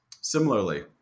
Similarly